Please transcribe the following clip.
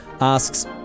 asks